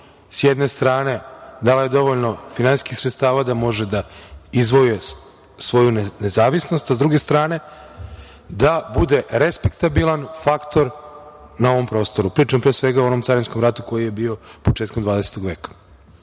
sa jedne strane dala dovoljno finansijskih sredstava da može da izvojeva svoju nezavisnost, a sa druge strane da bude respektabilan faktor na ovom prostoru. Pričam pre svega o onom carinskom ratu koji je bio početkom 20. veka. Sada,